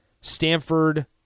Stanford